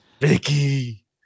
Vicky